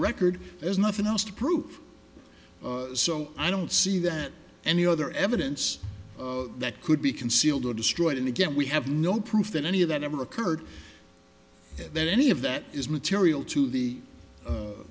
record there's nothing else to prove so i don't see that any other evidence that could be concealed or destroyed and again we have no proof that any of that ever occurred then any of that is material to the